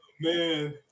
Man